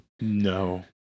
No